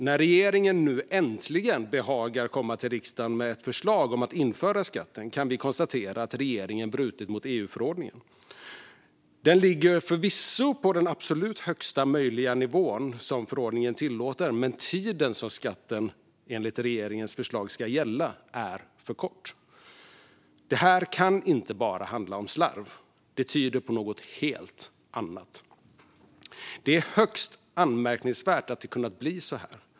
När regeringen nu äntligen behagar komma till riksdagen med ett förslag om att införa skatten kan vi konstatera att regeringen brutit mot EU-förordningen. Den ligger förvisso på den absolut högsta möjliga nivån som förordningen tillåter, men tiden som skatten enligt regeringens förslag ska gälla är för kort. Det här kan inte bara handla om slarv, det tyder på något helt annat. Det är högst anmärkningsvärt att det kunnat bli så här.